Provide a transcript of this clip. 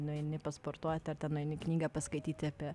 nueini pasportuoti ar ten nueini knygą paskaityti apie